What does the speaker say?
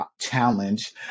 challenge